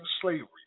slavery